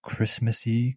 Christmassy